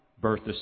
Bertha